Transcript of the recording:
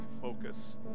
focus